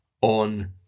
on